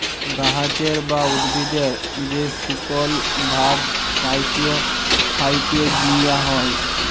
গাহাচের বা উদ্ভিদের যে শুকল ভাগ ক্যাইটে ফ্যাইটে দিঁয়া হ্যয়